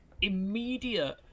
immediate